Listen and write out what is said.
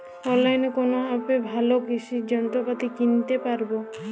অনলাইনের কোন অ্যাপে ভালো কৃষির যন্ত্রপাতি কিনতে পারবো?